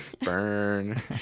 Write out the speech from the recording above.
Burn